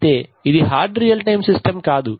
అయితే ఇది hard real time system కాదు